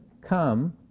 come